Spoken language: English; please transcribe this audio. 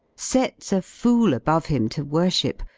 sets a fool above him to worship,